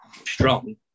strong